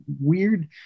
weird